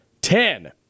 ten